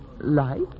Light